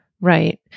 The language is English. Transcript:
Right